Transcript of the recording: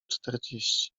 czterdzieści